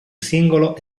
singolo